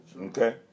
Okay